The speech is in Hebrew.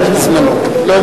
צריך כל אחד רק בזמנו, לא משנים.